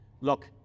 Look